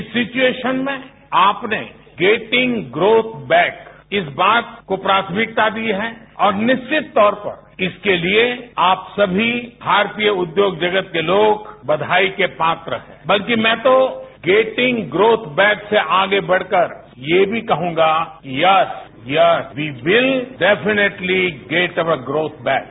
इस सिचुएशेन में आप ने गेंटिंग ग्रोथ बैक इस बात को प्राथमिकता दी है और निश्चित तौर पर इसके लिए आप सभी भारतीय उद्योग जगत के लोग बधाई के पात्र हैं बल्कि मैं तो गेंटिंग ग्रोथ बेक से आगे बढ़कर ये भी कहूंगा yes yes we will definitely getting our growth bake